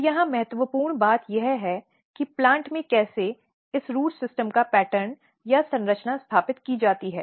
तो यहां महत्वपूर्ण बात यह है कि प्लांट में कैसे इस रूट सिस्टम का पैटर्न या संरचना स्थापित की जाती है